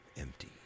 empty